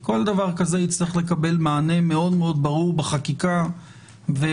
כל דבר כזה יצטרך לקבל מענה מאוד מאוד ברור בחקיקה ובתחיקה.